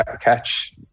catch